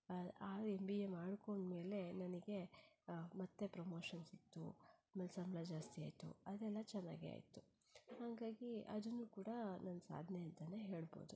ಆ ಆ M B A ಮಾಡ್ಕೊಂಡ ಮೇಲೆ ನನಗೆ ಮತ್ತೆ ಪ್ರಮೋಷನ್ ಸಿಕ್ತು ಆಮೇಲೆ ಸಂಬಳ ಜಾಸ್ತಿ ಆಯಿತು ಅದೆಲ್ಲ ಚೆನ್ನಾಗೇ ಆಯಿತು ಹಾಗಾಗಿ ಅದನ್ನೂ ಕೂಡ ನನ್ನ ಸಾಧನೆ ಅಂತನೇ ಹೇಳ್ಬೋದು